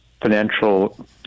financial